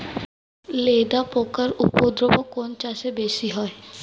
লেদা পোকার উপদ্রব কোন চাষে বেশি হয়?